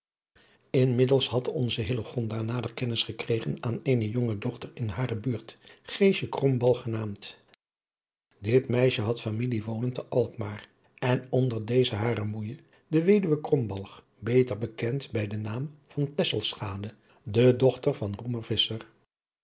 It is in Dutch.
inmiddels had onze hillegonda nader kennis gekregen aan eene jonge dochter in hare buurt geesje krombalg genaamd dit meisje had familie wonen te alkmaar en onder deze hare moeije de weduwe krombalg beter bekend bij den naam van tesselschade de dochter van